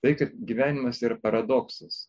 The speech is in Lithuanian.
tai kad gyvenimas yra paradoksas